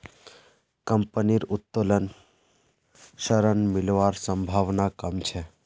कंपनीर उत्तोलन ऋण मिलवार संभावना कम छ